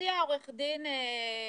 הציעה עורכת דין ירון-אלדר,